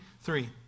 three